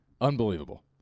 Unbelievable